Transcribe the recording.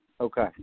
Okay